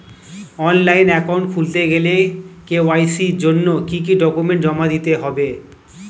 Online account খুলতে গেলে KYC জন্য কি কি ডকুমেন্ট জমা দিতে হবে?